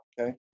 okay